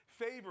Favor